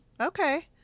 okay